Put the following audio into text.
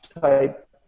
type